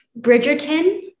Bridgerton